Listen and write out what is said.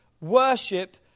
worship